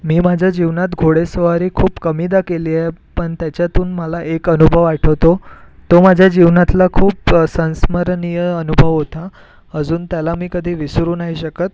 मी माझ्या जीवनात घोडेस्वारी खूप कमीदा केलीय पण त्याच्यातून मला एक अनुभव आठवतो तो माझ्या जीवनातला खूप संस्मरणीय अनुभव होता अजून त्याला मी कधी विसरू नाही शकत